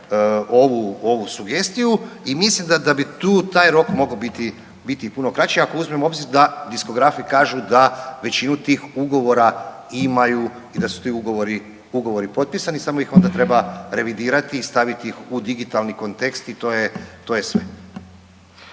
ovu sugestiju i mislim da bi tu taj rok mogao biti i puno kraći ako uzmemo u obzir da diskografi kažu da većinu tih ugovora imaju i da su ti ugovori potpisani samo ih onda treba revidirati i staviti ih u digitalni kontekst i to je sve.